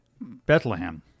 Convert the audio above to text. Bethlehem